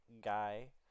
guy